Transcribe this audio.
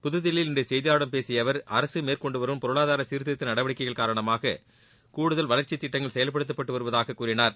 புதுதில்லியில் இன்று செய்தியாளர்களிடம் பேசிய அவர் அரசு மேற்கொண்டு வரும் பொருளாதார சீர்திருத்த நடவடிக்கைகள் காரணமாக கூடுதல் வளர்ச்சித் திட்டங்கள் செயல்படுத்தப்பட்டு வருவதாகக் கூறினார்